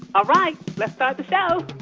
all right. let's start the show